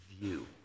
view